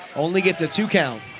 only gets a two count!